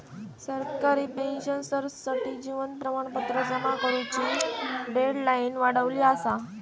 सरकारी पेंशनर्ससाठी जीवन प्रमाणपत्र जमा करुची डेडलाईन वाढवली असा